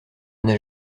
n’a